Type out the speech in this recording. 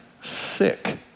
sick